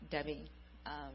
Debbie